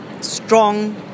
Strong